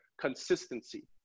Consistency